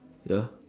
ya